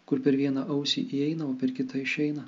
kur per vieną ausį įeina o per kitą išeina